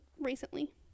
recently